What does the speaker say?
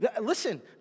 Listen